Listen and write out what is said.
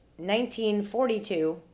1942